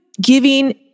giving